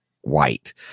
white